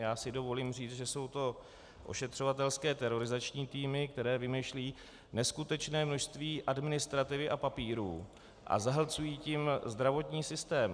Já si dovolím říct, že jsou to ošetřovatelské terorizační týmy, které vymýšlejí neskutečné množství administrativy a papírů a zahlcují tím zdravotní systém.